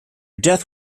death